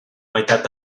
meitat